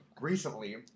recently